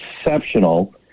exceptional